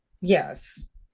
yes